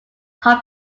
half